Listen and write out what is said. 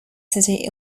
city